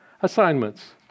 assignments